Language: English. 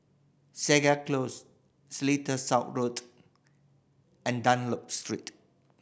Segar Close Seletar South Road and Dunlop Street